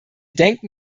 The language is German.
denken